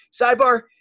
sidebar